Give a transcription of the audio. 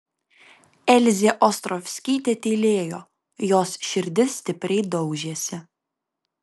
elzė ostrovskytė tylėjo jos širdis stipriai daužėsi